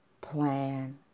plan